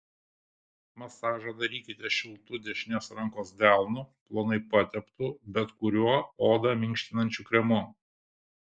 masažą darykite šiltu dešinės rankos delnu plonai pateptu bet kuriuo odą minkštinančiu kremu